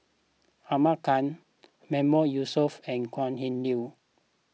Ahmad Khan Mahmood Yusof and Kok Heng Leun